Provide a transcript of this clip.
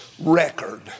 record